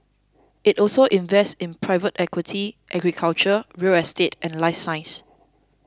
it also invests in private equity agriculture real estate and life science